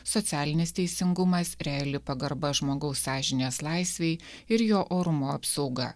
socialinis teisingumas reali pagarba žmogaus sąžinės laisvei ir jo orumo apsauga